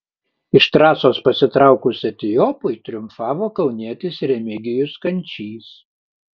iš trasos pasitraukus etiopui triumfavo kaunietis remigijus kančys